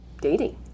dating